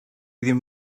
ddim